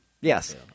Yes